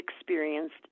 experienced